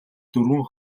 дөрвөн